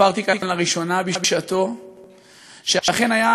סיפרתי כאן לראשונה בשעתו שאכן היה,